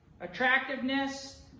attractiveness